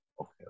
okay